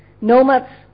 Nomads